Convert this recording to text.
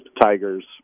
Tigers